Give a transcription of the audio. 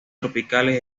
tropicales